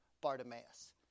Bartimaeus